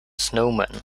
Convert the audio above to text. snowman